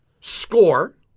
score